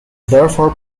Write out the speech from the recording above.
therefore